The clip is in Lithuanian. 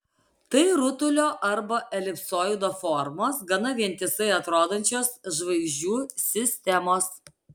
tai rutulio arba elipsoido formos gana vientisai atrodančios žvaigždžių sistemos